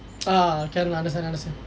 ah can lah understand understand